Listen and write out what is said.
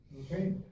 okay